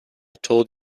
told